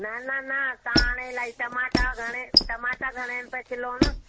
न न न तव्हां हाणे इलाही टमाटा घणे टमाटा घणे रुपए किलो आहिनि